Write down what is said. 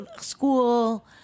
school